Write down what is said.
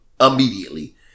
immediately